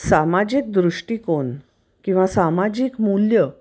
सामाजिक दृष्टिकोन किंवा सामाजिक मूल्य